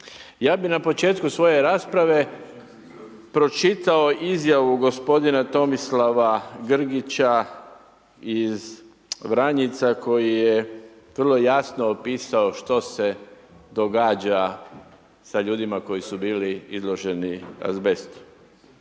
Ja bih na početku svoje rasprave pročitao izjavu gospodina Tomislava Grgića iz Vranjica koji je vrlo jasno opisao što se događa sa ljudima koji su bili izloženi azbestu.